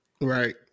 Right